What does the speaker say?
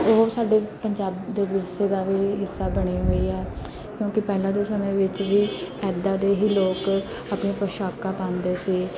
ਉਹ ਸਾਡੇ ਪੰਜਾਬ ਦੇ ਵਿਰਸੇ ਦਾ ਵੀ ਹਿੱਸਾ ਬਣੇ ਹੋਏ ਹੈ ਕਿਉਂਕਿ ਪਹਿਲਾਂ ਦੇ ਸਮੇਂ ਵਿੱਚ ਵੀ ਇੱਦਾਂ ਦੇ ਹੀ ਲੋਕ ਆਪਣੀਆਂ ਪੁਸ਼ਾਕਾਂ ਪਾਉਂਦੇ ਸੀ